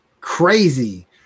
crazy